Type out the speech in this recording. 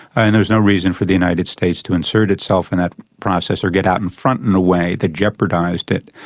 and there was no reason for the united states to insert itself in that process or get out in front in a way that jeopardised it.